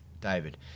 david